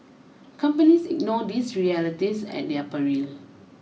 companies ignore these realities at their peril